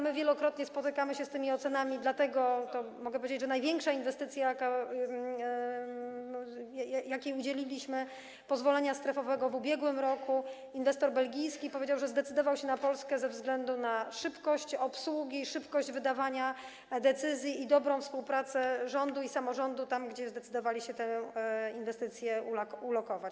My wielokrotnie spotykamy się z tymi ocenami, dlatego mogę powiedzieć, że w przypadku największej inwestycji, jakiej udzieliliśmy, pozwolenia strefowego w ubiegłym roku, inwestor belgijski powiedział, że zdecydował się na Polskę ze względu na szybkość obsługi, szybkość wydawania decyzji i dobrą współpracę rządu i samorządu tam, gdzie zdecydowali się tę inwestycję ulokować.